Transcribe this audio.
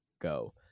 go